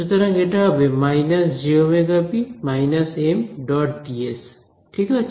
সুতরাং এটা হবে − jωB − M dS ঠিক আছে